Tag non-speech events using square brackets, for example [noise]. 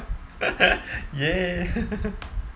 [laughs] !yay! [laughs]